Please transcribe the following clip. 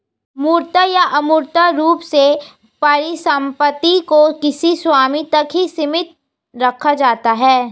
मूर्त या अमूर्त रूप से परिसम्पत्ति को किसी स्वामी तक ही सीमित रखा जाता है